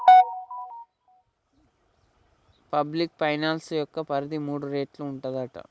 public finance యొక్క పరిధి మూడు రేట్లు ఉంటదట